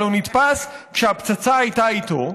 אבל הוא נתפס כשהפצצה הייתה איתו.